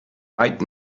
right